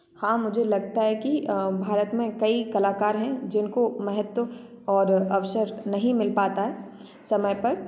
हाँ मुझे लगता है कि भारत में कई कलाकार है जिनको महत्व और अवसर नहीं मिल पाता है समय पर